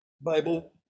Bible